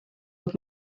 old